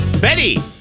Betty